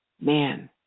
man